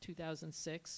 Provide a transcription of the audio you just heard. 2006